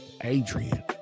Adrian